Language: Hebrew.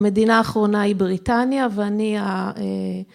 ‫המדינה האחרונה היא בריטניה, ‫ואני...